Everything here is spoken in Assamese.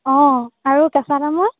অ' আৰু কেঁচা তামোল